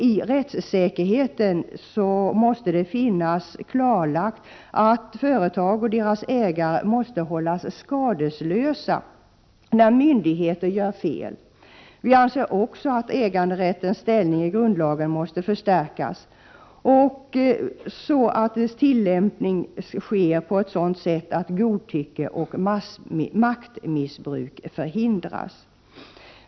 I rättssäkerheten måste det vara klarlagt att företag och deras ägare skall hålla skadeslösa när myndigheter gör fel. Äganderättens ställning i grundlagen måste förstärkas, så att dess tillämpning sker på ett sådant sätt att godtycke och maktmissbruk förhindras.